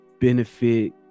benefit